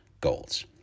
goals